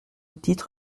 titre